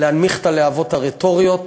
להנמיך את הלהבות הרטוריות,